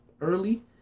early